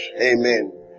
amen